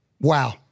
Wow